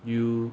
you